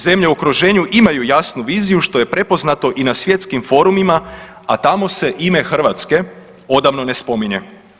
Zemlje u okruženju imaju jasnu viziju, što je prepoznato i na svjetskim forumima, a tamo se ime Hrvatske odavno ne spominje.